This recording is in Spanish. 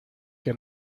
que